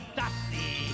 dusty